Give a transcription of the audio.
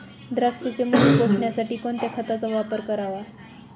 द्राक्षाचे मणी पोसण्यासाठी कोणत्या खताचा वापर करावा?